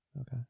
okay